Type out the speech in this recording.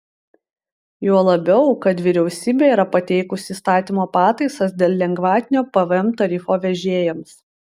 juo labiau kad vyriausybė yra pateikusi įstatymo pataisas dėl lengvatinio pvm tarifo vežėjams